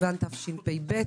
התשפ"ב,